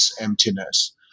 emptiness